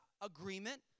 agreement